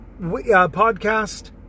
podcast